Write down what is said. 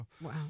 Wow